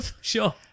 Sure